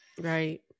right